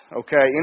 okay